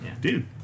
Dude